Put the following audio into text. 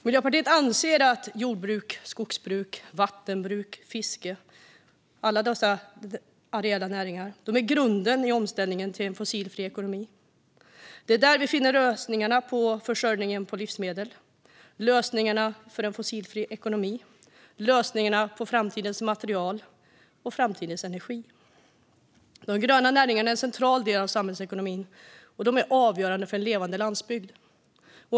Miljöpartiet anser att jordbruk, skogsbruk, vattenbruk och fiske - alla dessa areella näringar - är grunden i omställningen till en fossilfri ekonomi. Det är där vi finner lösningarna på försörjningen av livsmedel, lösningarna på en fossilfri ekonomi, lösningarna på framtidens material och lösningarna på framtidens energi. De gröna näringarna är en central del av samhällsekonomin, och de är avgörande för en levande landsbygd.